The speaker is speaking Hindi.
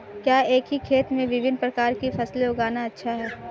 क्या एक ही खेत में विभिन्न प्रकार की फसलें उगाना अच्छा है?